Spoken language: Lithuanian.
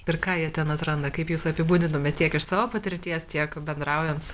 ir ką jie ten atranda kaip jūs apibūdintumėt tiek iš savo patirties tiek bendraujant